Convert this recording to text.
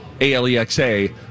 A-L-E-X-A